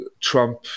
Trump